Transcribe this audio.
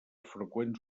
freqüents